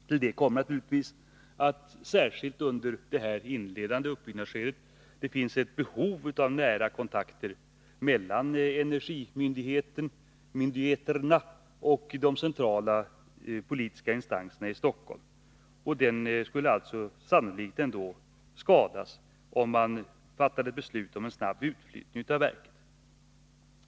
Till detta kommer att det särskilt under det inledande skedet finns behov av nära kontakter mellan energimyndigheterna och de centrala politiska instanserna i Stockholm. Den kontakten skulle sannolikt skadas, om man fattade beslut om en utflyttning av verket.